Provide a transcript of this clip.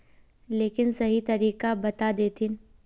लेकिन सही तरीका बता देतहिन?